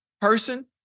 person